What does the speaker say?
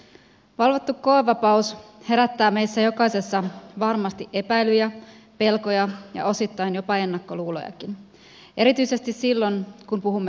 valvottu koevapaus herättää meissä jokaisessa varmasti epäilyjä pelkoja ja osittain jopa ennakkoluulojakin erityisesti silloin kun puhumme seksuaalirikollisista